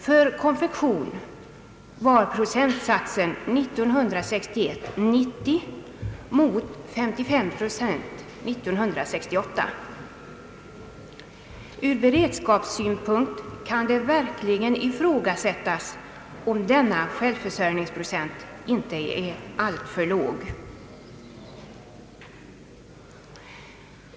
För konfektion var procentsatsen 90 år 1961 mot 55 år 1968. Ur beredskapssynpunkt kan det verkligen ifrågasättas om denna självförsörjningsprocent inte är alltför låg.